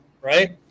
right